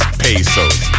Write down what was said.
pesos